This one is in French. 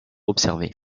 observés